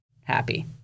happy